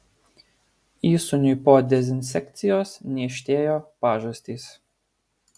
įsūniui po dezinsekcijos niežtėjo pažastys